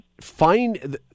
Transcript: Find –